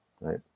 right